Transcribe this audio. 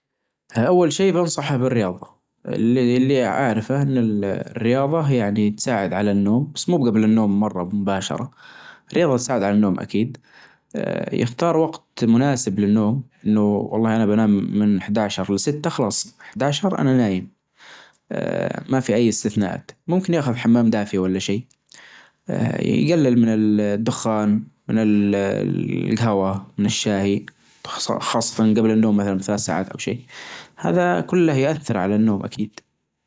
البلدان لازم توازن بين الاثنين. استكشاف الفضاء مهم عشان نتطور ونتعلم أكثر عن الكون، لكن بنفس الوجت، حل مشاكل الأرظ مثل الفجر والتلوث أولوية لازم نستخدم التقدم اللي نحججه في الفظاء لتحسين حياتنا على الأرظ، عشان يكون فيه فائدة حقيقية.